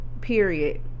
Period